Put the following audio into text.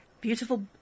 beautiful